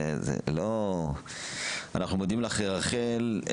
אנחנו מודים לך רחל.